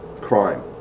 crime